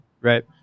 Right